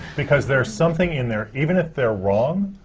because there's something in there. even if they're wrong.